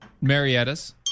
Marietta's